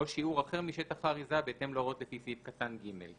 או שיעור אחר משטח האריזה בהתאם להוראות לפי סעיף קטן (ג);